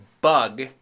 bug